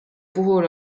puhul